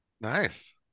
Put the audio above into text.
Nice